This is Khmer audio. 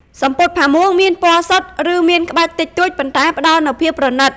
សំពត់ផាមួងមានពណ៌សុទ្ធ ឬមានក្បាច់តិចតួចប៉ុន្តែផ្តល់នូវភាពប្រណីត។